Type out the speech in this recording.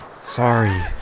sorry